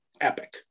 epic